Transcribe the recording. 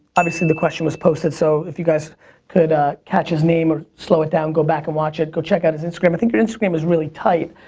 obviously the question was posted, so if you guys could catch his name or slow it down, go back and watch it, go check out his instagram. i think your instagram is really tight.